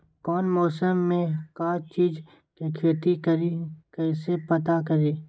कौन मौसम में का चीज़ के खेती करी कईसे पता करी?